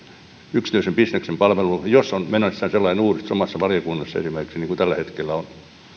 yksityisen bisneksen palvelukseen jos on menossa tällainen uudistus omassa valiokunnassa esimerkiksi niin kuin tällä hetkellä on